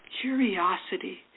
curiosity